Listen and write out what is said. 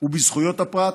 ובזכויות הפרט,